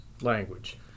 language